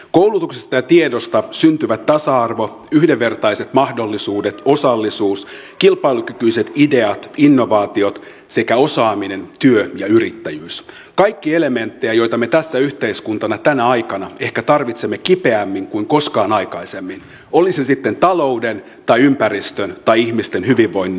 koulutuksesta ja tiedosta syntyvät tasa arvo yhdenvertaiset mahdollisuudet osallisuus kilpailukykyiset ideat innovaatiot sekä osaaminen työ ja yrittäjyys kaikki elementtejä joita me tässä yhteiskuntana tänä aikana ehkä tarvitsemme kipeämmin kuin koskaan aikaisemmin oli se sitten talouden tai ympäristön tai ihmisten hyvinvoinnin näkökulmasta